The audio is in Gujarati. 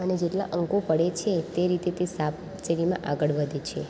અને જેટલા અંકો પડે છે તે રીતે તે સાપ સીડીમાં આગળ વધે છે